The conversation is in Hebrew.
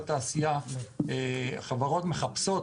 בתעשייה, חברות מחפשות